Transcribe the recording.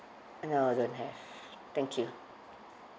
uh no I don't have thank you